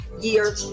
year